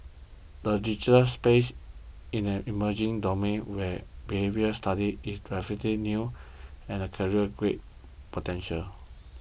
the digital space in an emerging domain where behavioural study is relatively new and career great potential